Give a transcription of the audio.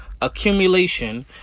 accumulation